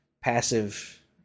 passive